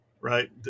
right